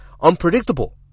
unpredictable